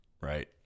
Right